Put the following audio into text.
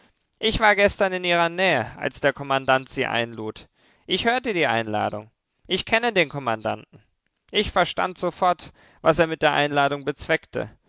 ich war gestern in ihrer nähe als der kommandant sie einlud ich hörte die einladung ich kenne den kommandanten ich verstand sofort was er mit der einladung bezweckte